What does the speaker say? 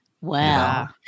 Wow